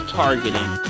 targeting